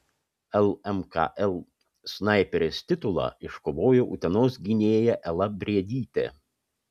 lmkl snaiperės titulą iškovojo utenos gynėja ela briedytė